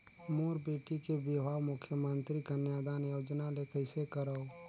मोर बेटी के बिहाव मुख्यमंतरी कन्यादान योजना ले कइसे करव?